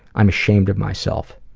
i'm ashamed of myself,